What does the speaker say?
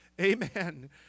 Amen